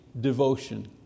devotion